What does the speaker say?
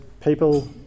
people